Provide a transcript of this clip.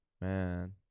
Man